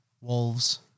Wolves